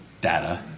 data